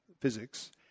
physics